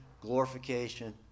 glorification